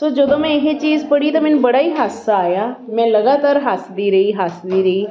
ਸੋ ਜਦੋਂ ਮੈਂ ਇਹ ਚੀਜ਼ ਪੜ੍ਹੀ ਤਾਂ ਮੈਨੂੰ ਬੜਾ ਹੀ ਹਾਸਾ ਆਇਆ ਮੈਂ ਲਗਾਤਾਰ ਹੱਸਦੀ ਰਹੀ ਹੱਸਦੀ ਰਹੀ